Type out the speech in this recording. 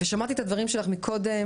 ושמעתי את הדברים שלך מקודם,